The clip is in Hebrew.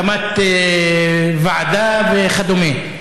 הקמת ועדה וכדומה.